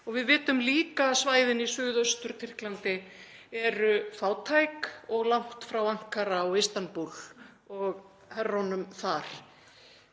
og við vitum líka að svæðin í Suðaustur-Tyrklandi eru fátæk og langt frá Ankara og Istanbúl og herrunum þar.